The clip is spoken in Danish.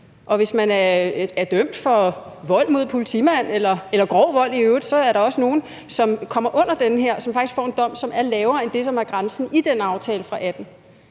Og hvis man er dømt for vold mod en politimand eller grov vold i øvrigt, er der også nogle, som kommer under den her, og som faktisk får en dom, som er lavere end det, som er grænsen i den aftale fra 2018.